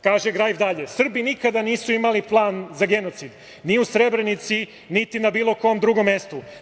Kaže Grajf dalje - Srbi nikada nisu imali plan za genocid ni u Srebrenici, niti na bilo kom drugom mestu.